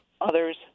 others